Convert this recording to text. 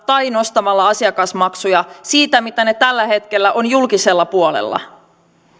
tai nostamalla asiakasmaksuja siitä mitä ne tällä hetkellä ovat julkisella puolella